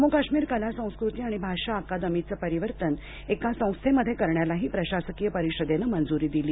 जम्मू काश्मीर कला संस्कृती आणि भाषा अकादमीचं परिवर्तन एका संस्थेमध्ये करण्यालाही प्रशासकीय परिषदेन मंजूरी दिली